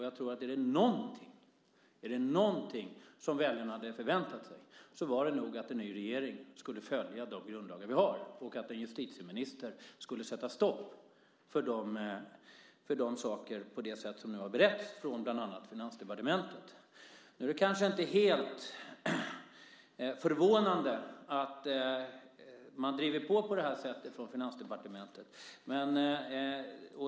Var det någonting som väljarna hade förväntat sig så var det nog att en ny regering skulle följa de grundlagar som vi har och att en justitieminister skulle sätta stopp för att saker bereds på det sätt som nu har gjorts från bland annat Finansdepartementet. Det är kanske inte helt förvånande att man från Finansdepartementet driver på på detta sätt.